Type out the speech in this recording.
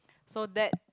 so that